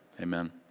amen